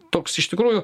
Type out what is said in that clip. toks iš tikrųjų